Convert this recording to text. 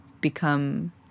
become